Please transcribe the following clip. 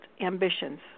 ambitions